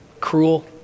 cruel